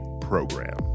program